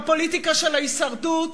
הפוליטיקה של ההישרדות,